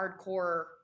hardcore